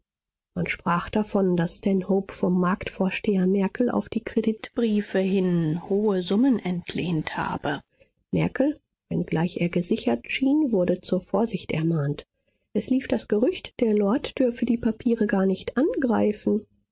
man sprach davon daß stanhope vom marktvorsteher merkel auf die kreditbriefe hin hohe summen entlehnt habe merkel wenngleich er gesichert schien wurde zur vorsicht ermahnt es lief das gerücht der lord dürfe die papiere gar nicht angreifen